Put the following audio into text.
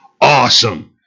Awesome